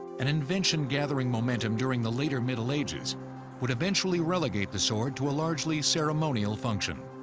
an invention gathering momentum during the later middle ages would eventually relegate the sword to a largely ceremonial function.